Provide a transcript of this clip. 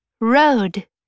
road